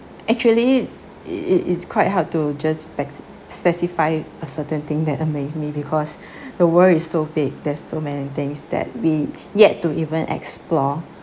actually i~ i~ is quite hard to just spe~ specify a certain thing that amazed me because the world is so big there's so many things that we yet to even explore